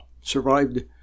survived